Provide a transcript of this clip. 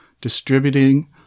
distributing